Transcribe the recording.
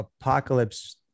Apocalypse